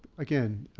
again,